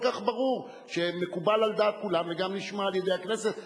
כך ברור שמקובל על דעת כולם וגם נשמע על-ידי הכנסת,